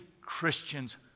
Christians